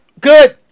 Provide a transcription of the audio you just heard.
good